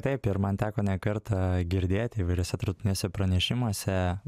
taip ir man teko ne kartą girdėti įvairiuose tarptautiniuose pranešimuose